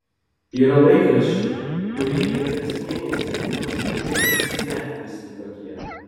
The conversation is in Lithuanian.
yra laikraščių kurie jei ne kas mėnesį tai bent jau kasmet vis kitokie